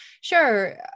sure